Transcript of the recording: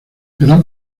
gran